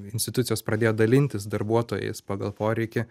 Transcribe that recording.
institucijos pradėjo dalintis darbuotojais pagal poreikį